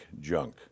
junk